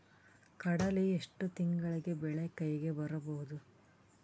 ಕಡಲಿ ಎಷ್ಟು ತಿಂಗಳಿಗೆ ಬೆಳೆ ಕೈಗೆ ಬರಬಹುದು?